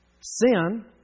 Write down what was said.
Sin